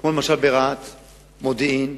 כמו ברהט ובמודיעין,